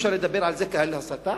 ואי-אפשר לדבר על זה כעל הסתה?